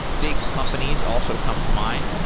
big companies also come to mind.